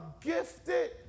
gifted